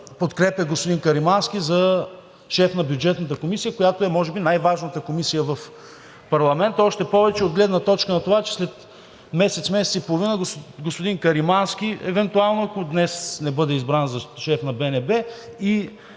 подкрепя господин Каримански за шеф на Бюджетната комисия, която е може би най-важната комисия в парламента, още повече от гледна точка на това, че след месец – месец и половина господин Каримански, евентуално ако днес не бъде избран за шеф на БНБ, и